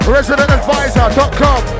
Residentadvisor.com